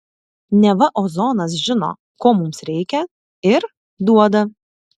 neva ozonas žino ko mums reikia ir duoda